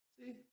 see